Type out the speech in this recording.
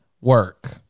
work